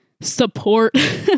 support